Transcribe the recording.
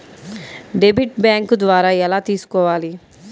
Debit bank ద్వారా ఎలా తీసుకోవాలి?